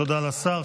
תודה לשר.